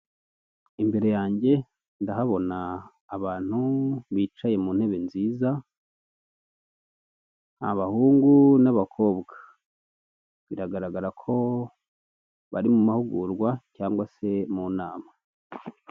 Imbere yanjye ndahabona abantu bicaye muntebe nziza, n'abahungu n'abakobwa biragaragara ko bari mu mahugurwa cyangwa se mu nama.